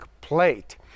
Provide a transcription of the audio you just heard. plate